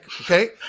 okay